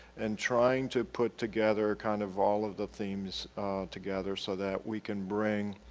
and trying to put together kind of all of the themes together so that we can bring